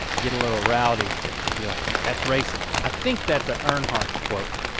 get a little rowdy and be like, that's racing. i think that's a earnhardt quote.